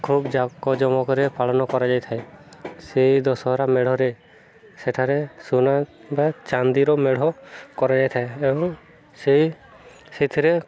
ଖୁବ ଜାକଜମକରେ କରି ପାଳନ କରାଯାଇଥାଏ ସେଇ ଦଶହରା ମେଢ଼ରେ ସେଠାରେ ସୁନା ବା ଚାନ୍ଦିର ମେଢ଼ କରାଯାଇଥାଏ ଏବଂ ସେଇ ସେଥିରେ